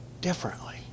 differently